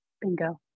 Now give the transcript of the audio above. Bingo